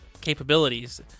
capabilities